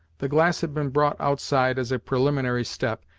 the glass had been brought outside as a preliminary step,